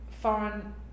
foreign